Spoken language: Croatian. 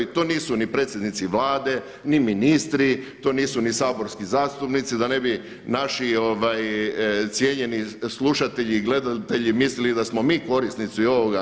To nisu niti predsjednici Vlade, ni ministri, to nisu ni saborski zastupnici da ne bi naši cijenjeni slušatelji i gledatelji mislili da smo mi korisnici ovoga.